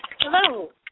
Hello